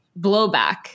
blowback